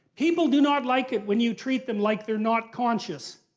people do not like it when you treat them like they're not conscious.